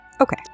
Okay